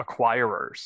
acquirers